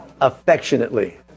affectionately